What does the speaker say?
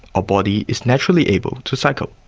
our body is naturally able to cycle.